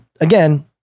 again